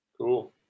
Cool